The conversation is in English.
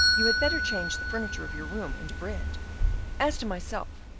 you had better change the furniture of your room into bread as to myself,